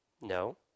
No